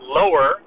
lower